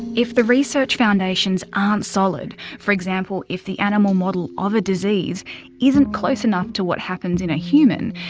if the research foundations aren't solid, for example if the animal model of a disease isn't close enough to what happens in a human,